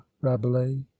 rabelais